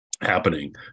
happening